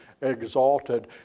exalted